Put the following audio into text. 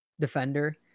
defender